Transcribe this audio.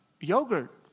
Yogurt